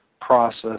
process